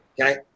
Okay